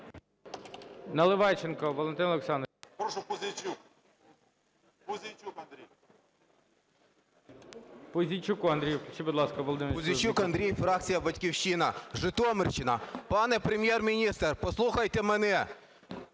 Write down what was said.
Пане Прем’єр-міністр, послухайте мене.